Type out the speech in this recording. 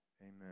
Amen